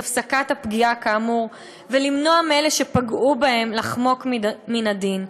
הפסקת הפגיעה כאמור ולמנוע מאלו שפגעו בהם לחמוק מן הדין.